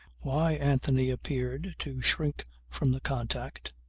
why anthony appeared to shrink from the contact,